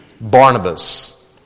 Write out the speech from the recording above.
Barnabas